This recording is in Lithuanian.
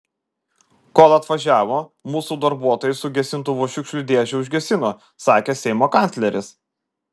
kol atvažiavo mūsų darbuotojai su gesintuvu šiukšlių dėžę užgesino sakė seimo kancleris